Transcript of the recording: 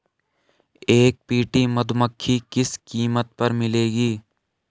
एक पेटी मधुमक्खी किस कीमत पर मिलेगी?